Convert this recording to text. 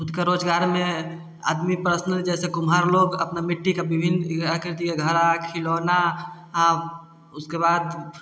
खुद का रोजगार में आदमी पर्सनल जैसे कुमार लोग अपना मिट्टी का विभिन्न आकृति का घड़ा खिलौना अब उसके बाद